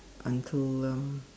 until um